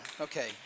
Okay